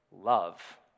Love